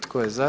Tko je za?